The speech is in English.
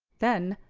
then,